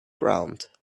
ground